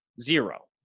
Zero